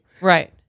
right